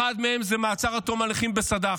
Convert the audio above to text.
אחת מהן זה מעצר עד תום ההליכים בסד"ח,